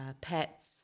pets